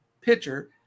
pitcher